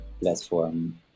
platform